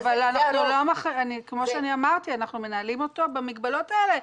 אבל כמו שאמרתי, אנחנו מנהלים אותו במגבלות האלה.